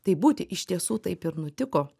taip būti iš tiesų taip ir nutiko